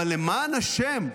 אבל למען השם,